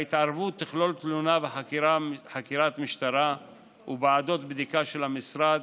ההתערבות תכלול תלונה וחקירה משטרה וועדות בדיקה של המשרד,